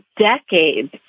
decades